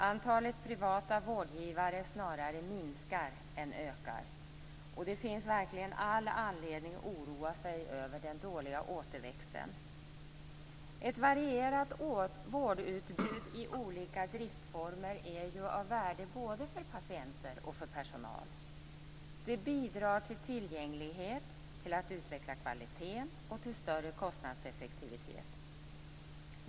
Antalet privata vårdgivare snarare minskar än ökar. Det finns all anledning att oroa sig över den dåliga återväxten. Ett varierat vårdutbud i olika driftformer är av värde för både patienter och personal. Det bidrar till tillgänglighet, till att utveckla kvaliteten och till större kostnadseffektivitet.